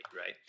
Right